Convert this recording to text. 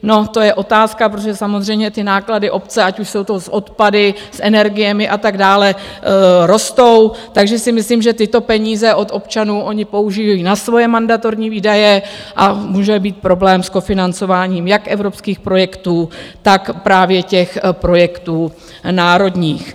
No, to je otázka, protože samozřejmě ty náklady obce, ať už jsou to odpady, energie atd. rostou, takže si myslím, že tyto peníze od občanů oni použijí na svoje mandatorní výdaje a může být problém s kofinancováním jak evropských projektů, tak právě těch projektů národních.